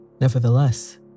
Nevertheless